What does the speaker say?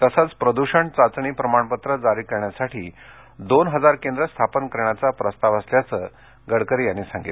तसंच प्रद्षण चाचणी प्रमाणपत्र जारी करण्यासाठी दोन हजार केंद्र स्थापन करण्याचा प्रस्ताव असल्याचं गडकरी म्हणाले